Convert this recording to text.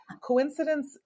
coincidence